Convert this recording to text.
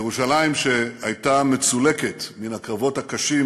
ירושלים, שהייתה מצולקת מן הקרבות הקשים